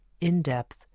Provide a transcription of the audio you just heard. in-depth